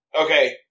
Okay